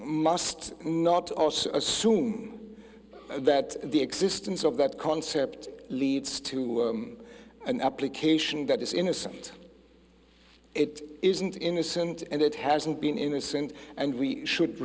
must not assume that the existence of that concept leads to an application that is innocent it isn't innocent and it hasn't been innocent and we should